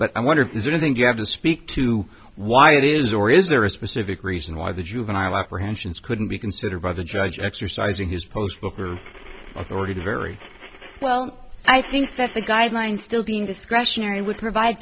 but i wonder if there's anything you have to speak to why it is or is there a specific reason why the juvenile apprehensions couldn't be considered by the judge exercising his post book are already very well i think that the guidelines still being discretionary would provide